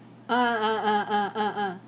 ah ah ah ah ah ah